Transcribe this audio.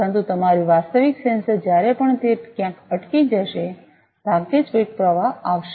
પરંતુ તમારું વાસ્તવિક સેન્સર જ્યારે પણ તે ક્યાંક અટકી જશે ભાગ્યે જ કોઈ પ્રવાહ આવશે